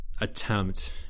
attempt